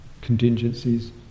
contingencies